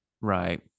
Right